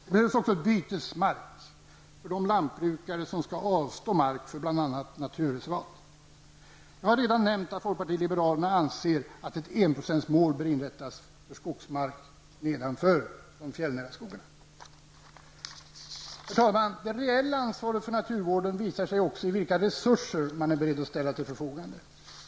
Det behövs också bytesmark för de lantbrukare som skall avstå mark för bl.a. naturreservat. Jag har redan nämnt att folkpartiet liberalerna anser att ett enprocentsmål bör inrättas för skogsmark nedanför de fjällnära skogarna. Herr talman! Det reella ansvaret för naturvården visar sig också i vilka resurser man är beredd att ställa till förfogande.